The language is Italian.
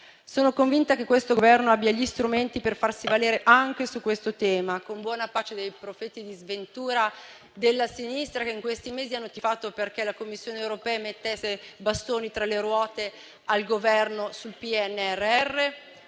Sono convinta che questo Governo abbia gli strumenti per farsi valere anche su questo tema, con buona pace dei profeti di sventura della sinistra che in questi mesi hanno tifato perché la Commissione europea mettesse i bastoni tra le ruote al Governo sul PNNR;